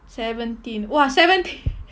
seventeen !wah! seventeen